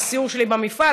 בסיור שלי במפעל,